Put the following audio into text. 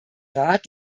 rat